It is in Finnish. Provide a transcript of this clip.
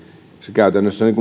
käytännössä niin